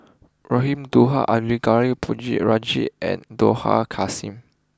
Raman Daud Arumugam Ponnu Rajah and Dollah Kassim